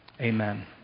Amen